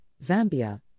Zambia